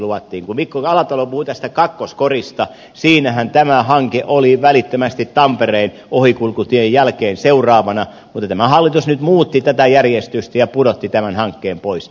kun mikko alatalo puhui tästä kakkoskorista siinähän tämä hanke oli välittömästi tampereen ohikulkutien jälkeen seuraavana mutta tämä hallitus nyt muutti tätä järjestystä ja pudotti tämän hankkeen pois